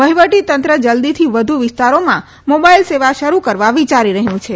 વહિવટીતંત્ર જલ્દીથી વધુ વિસ્તારોમાં મોબાઇલ સેવા શરૂ કરવા વિયારી રહ્યું છે